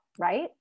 Right